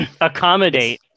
Accommodate